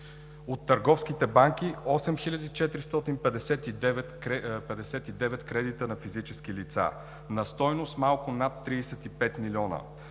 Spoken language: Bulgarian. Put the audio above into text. от търговските банки 8459 кредита на физически лица на стойност малко над 35 милиона.